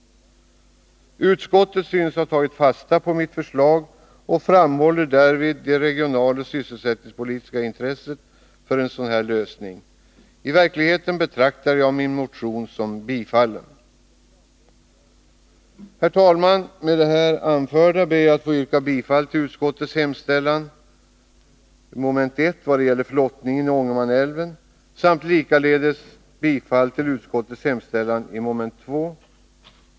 Utskottet synes ha tagit fasta på mitt förslag och framhåller därvid det regionaloch sysselsättningspolitiska intresset för en sådan lösning. Jag betraktar min motion som i verkligheten tillstyrkt. Herr talman! Med det anförda ber jag att få yrka bifall till utskottets hemställan i mom. 1 vad gäller flottningen i Ångermanälven samt likaledes bifall till min motion 985.